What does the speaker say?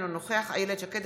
אינו נוכח איילת שקד,